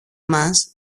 μας